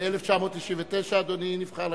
ב-1999 אדוני נבחר לכנסת?